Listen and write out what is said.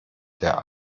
der